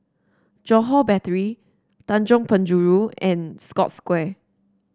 Johore Battery Tanjong Penjuru and Scotts Square